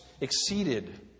exceeded